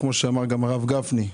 כפי שאמר גם הרב גפני,